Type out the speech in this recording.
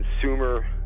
consumer